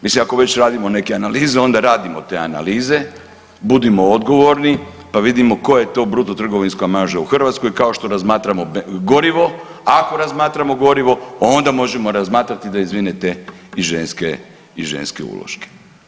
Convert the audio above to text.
Mislim ako već radimo neke analize, onda radimo te analize, budimo odgovorni, pa vidimo koja je to bruto trgovinska marža u Hrvatskoj kao što razmatramo gorivo, ako razmatramo gorivo onda možemo razmatrati da izvinete i ženske uloške.